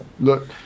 Look